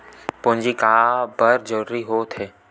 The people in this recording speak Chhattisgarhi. पूंजी का बार जरूरी हो थे?